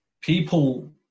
People